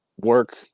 work